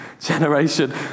generation